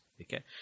Okay